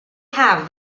have